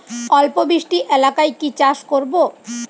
অল্প বৃষ্টি এলাকায় কি চাষ করব?